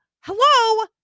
Hello